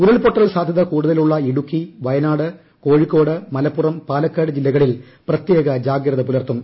ഉരുൾപൊട്ടൽ സാധ്യത കൂടുതലുള്ള ഇടുക്കി വയനാട് കോഴിക്കോട് മലപ്പുറം പാലക്കാട് ജില്ലകളിൽ പ്രത്യേക ജാഗ്രത്യ്ക്കുപുലത്തും